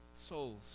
Souls